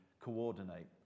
coordinate